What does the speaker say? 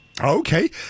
Okay